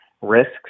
risks